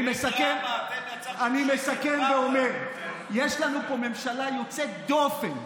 אני מסכם ואומר: יש לנו פה ממשלה יוצאת דופן,